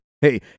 Hey